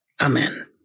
Amen